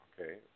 Okay